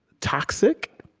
toxic?